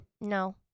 No